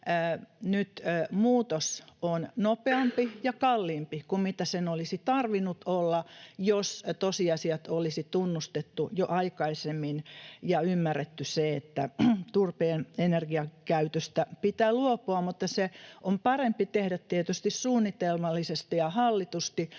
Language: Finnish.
nyt muutos on nopeampi ja kalliimpi kuin mitä sen olisi tarvinnut olla, jos tosiasiat olisi tunnustettu jo aikaisemmin ja ymmärretty se, että turpeen energiakäytöstä pitää luopua mutta se on tietysti parempi tehdä suunnitelmallisesti ja hallitusti